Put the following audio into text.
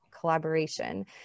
collaboration